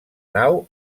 nau